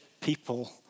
people